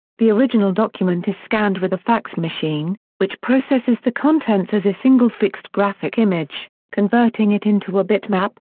the original document is scanned with a fax machine, which processes the contents as a single fixed graphic image, converting it into a bitmap,